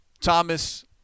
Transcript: Thomas